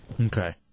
Okay